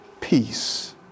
peace